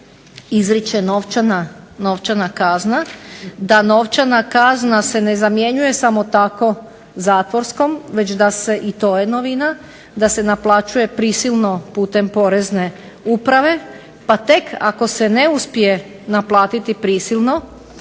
izriče novčana kazna da novčana kazna se ne zamjenjuje samo tako zatvorskom već da se i to je novina, da se naplaćuje prisilno putem POrezne uprave, pa tek ako se ne uspije naplatiti prisilno